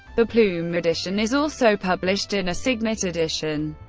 the plume edition is also published in a signet edition.